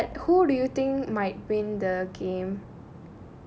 okay but but who do you think might win the game